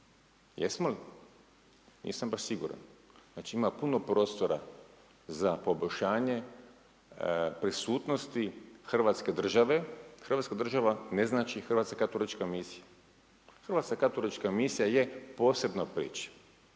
Jesmo li? Nisam baš siguran. Znači ima puno prostora za poboljšanje prisutnosti hrvatske države, hrvatska država ne znači Hrvatska katolička misija. Hrvatska katolička misija je posebna priča.